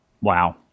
Wow